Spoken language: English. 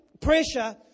pressure